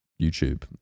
YouTube